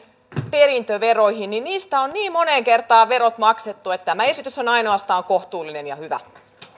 perintöveroihin niin niistä on niin moneen kertaan verot maksettu että tämä esitys on ainoastaan kohtuullinen ja hyvä